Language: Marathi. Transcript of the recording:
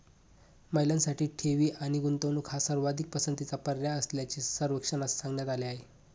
महिलांसाठी ठेवी आणि गुंतवणूक हा सर्वाधिक पसंतीचा पर्याय असल्याचे सर्वेक्षणात सांगण्यात आले आहे